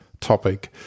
topic